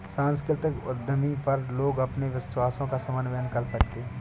सांस्कृतिक उद्यमी पर लोग अपने विश्वासों का समन्वय कर सकते है